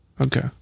okay